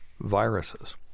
viruses